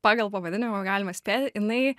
pagal pavadinimą galima spėti jinai